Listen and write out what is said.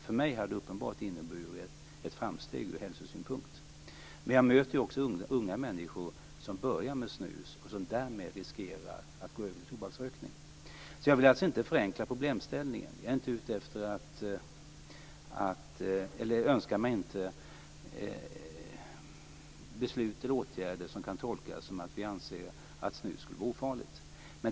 För mig har det uppenbart inneburit ett hälsomässigt framsteg. Men jag möter också unga människor som börjar med snus och som därmed riskerar att gå över till tobaksrökning. Jag vill inte förenkla problemställningen. Jag önskar mig inte beslut om åtgärder som kan tolkas som att vi anser att snus skulle vara ofarligt.